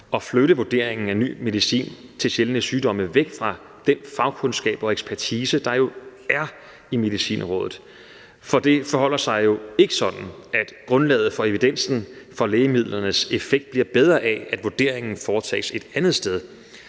at flytte vurderingen af ny medicin til sjældne sygdomme væk fra den fagkundskab og ekspertise, der jo er i Medicinrådet. For det forholder sig jo ikke sådan, at grundlaget for evidensen for lægemidlernes effekt bliver bedre af, at vurderingen foretages et andet sted.